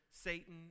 Satan